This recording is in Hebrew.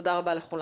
תודה רבה לכולם.